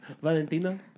Valentina